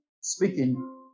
speaking